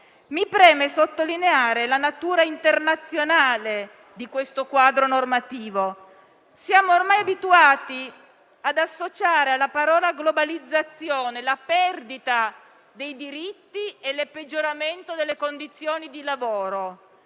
Mi preme sottolineare la natura internazionale di questo quadro normativo. Siamo ormai abituati ad associare alla parola «globalizzazione» la perdita dei diritti e il peggioramento delle condizioni di lavoro.